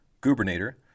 gubernator